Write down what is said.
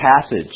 passage